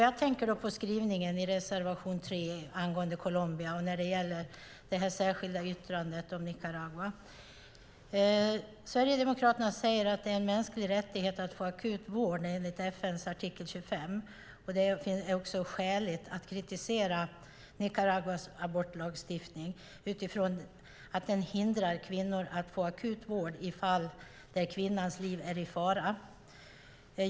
Jag tänker då på skrivningen i reservation 3 angående Colombia och det särskilda yttrandet om Nicaragua. Sverigedemokraterna säger att det är en mänsklig rättighet att få akut vård enligt FN:s artikel 25 och att det är skäligt att kritisera Nicaraguas abortlagstiftning för att den hindrar kvinnor att få akut vård i fall där kvinnans liv är i fara.